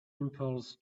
impulse